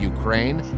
Ukraine